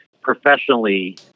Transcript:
professionally